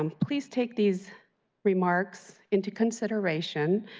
um please take these remarks into consideration,